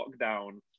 lockdown